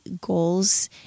goals